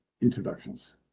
introductions